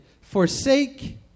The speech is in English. forsake